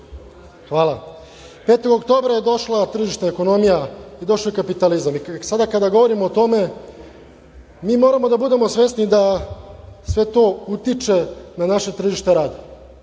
oktobra je došla tržišna ekonomija i došao je kapitalizam. Sada kada govorimo o tome, mi moramo da budemo svesni da sve to utiče na naše tržište rada.